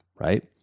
right